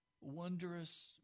Wondrous